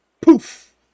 poof